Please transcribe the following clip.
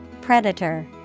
Predator